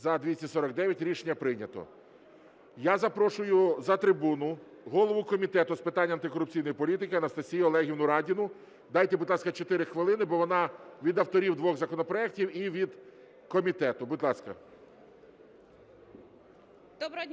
За-249 Рішення прийнято. Я запрошую за трибуну голову Комітету з питань антикорупційної політики Анастасію Олегівну Радіну. Дайте, будь ласка, 4 хвилини, бо вона від авторів двох законопроектів і від комітету. Будь ласка.